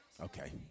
Okay